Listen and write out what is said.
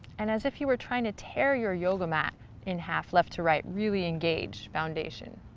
and as if you were trying to tear your yoga mat in half left to right, really engaged foundation.